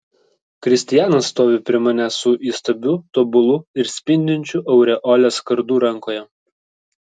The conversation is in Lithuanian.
kristijanas stovi prie manęs su įstabiu tobulu ir spindinčiu aureolės kardu rankoje